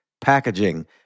packaging